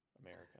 America